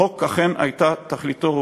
החוק, אכן הייתה תכליתו ראויה,